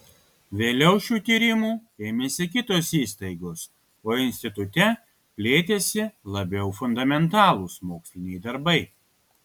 vėliau šių tyrimų ėmėsi kitos įstaigos o institute plėtėsi labiau fundamentalūs moksliniai darbai